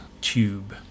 tube